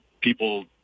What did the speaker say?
people